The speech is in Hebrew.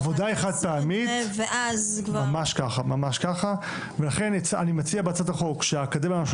העבודה היא חד פעמית ולכן אני מציע בהצעת החוק שהאקדמיה ללשון